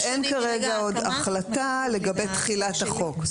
אבל אין כרגע עוד החלטה לגבי תחילת החוק.